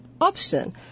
option